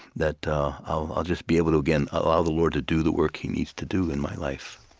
that i'll just be able to, again, allow the lord to do the work he needs to do in my life